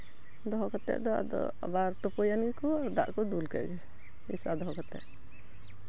ᱫᱚᱦᱚ ᱠᱟᱛᱮ ᱫᱚ ᱟᱵᱟᱨ ᱛᱳᱯᱳᱭᱮᱱ ᱜᱮᱠᱚ ᱟᱨ ᱫᱟᱜ ᱠᱚ ᱫᱩᱞ ᱠᱮᱫ ᱜᱮ ᱯᱚᱭᱥᱟ ᱫᱚᱦᱚ ᱠᱟᱛᱮ